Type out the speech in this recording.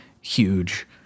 huge